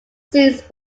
scenes